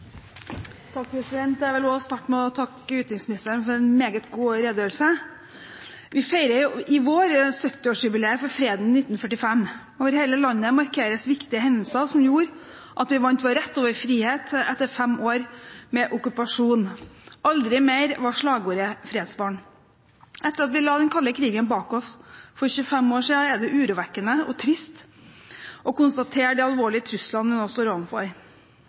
Jeg vil også starte med å takke utenriksministeren for en meget god redegjørelse. Vi feirer i vår 70-årsjubileet for freden i 1945. Over hele landet markeres viktige hendelser som gjorde at vi vant vår rett og vår frihet etter fem år med okkupasjon. Aldri mer, var slagordet fredsvåren. Etter at vi la den kalde krigen bak oss for 25 år siden, er det urovekkende og trist å konstatere de alvorlige truslene vi nå står